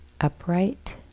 upright